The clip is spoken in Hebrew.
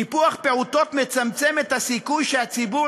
טיפוח פעוטות מצמצם את הסיכוי שהציבור